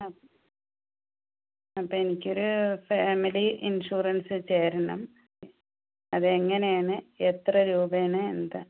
ആ അപ്പം എനിക്കൊരു ഫാമിലി ഇൻഷുറൻസ് ചേരണം അത് എങ്ങനെയാണു എത്ര രൂപയാണ് എന്താണ്